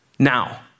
Now